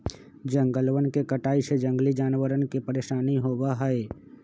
जंगलवन के कटाई से जंगली जानवरवन के परेशानी होबा हई